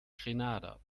grenada